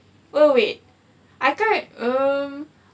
oh wait I can't rem~ um